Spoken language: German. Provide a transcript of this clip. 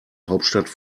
hauptstadt